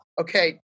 Okay